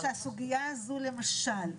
אני אומרת לך שהסוגיה הזו למשל,